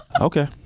okay